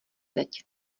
zeď